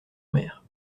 mer